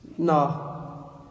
No